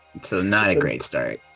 it's ah not a great start.